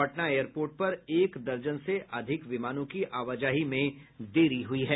Patna airport पर एक दर्जन से अधिक विमानों की आवाजाही में देरी हुई है